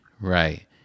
right